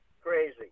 crazy